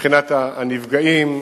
מבחינת הנפגעים.